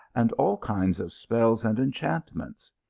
and all kinds of spells and enchantments.